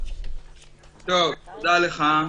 טוב, תודה לך.